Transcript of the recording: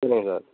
சரிங்க சார்